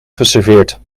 geserveerd